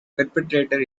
perpetrator